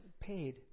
paid